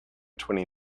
twenty